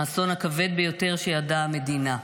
האסון הכבד ביותר שידעה המדינה.